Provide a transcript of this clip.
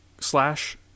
slash